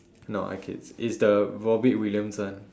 no I kid it's the robin williams one